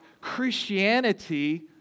Christianity